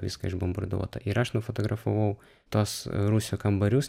viską išbombarduota ir aš nufotografavau tuos rūsio kambarius